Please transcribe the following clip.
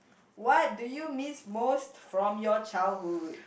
what do you miss most from your childhood